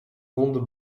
ronde